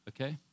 okay